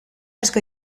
asko